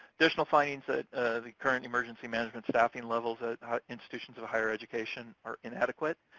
additional findings that the current emergency management staffing levels at institutions of higher education are inadequate.